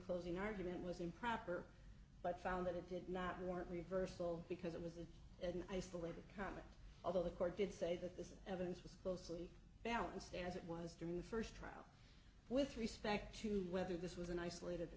closing argument was improper but found that it did not warrant reversal because it was an isolated comment although the court did say that this evidence was closely balanced as it was during the first trial with respect to whether this was an isolated